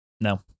No